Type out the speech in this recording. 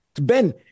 Ben